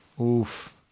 Oof